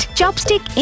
Chopstick